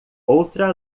outra